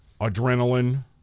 adrenaline